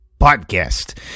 podcast